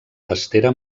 testera